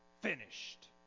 finished